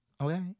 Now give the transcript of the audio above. okay